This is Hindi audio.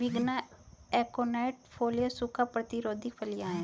विग्ना एकोनाइट फोलिया सूखा प्रतिरोधी फलियां हैं